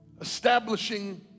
establishing